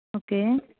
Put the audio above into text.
okay